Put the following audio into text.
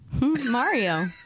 Mario